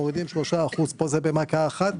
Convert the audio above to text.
מורידים 3%. פה הורידו במכה אחת,